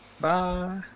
bye